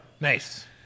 Nice